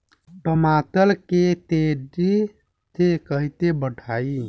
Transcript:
टमाटर के तेजी से कइसे बढ़ाई?